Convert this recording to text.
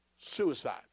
suicide